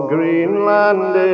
Greenland